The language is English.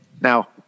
now